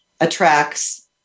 attracts